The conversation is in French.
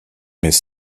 mais